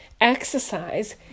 exercise